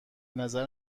نظر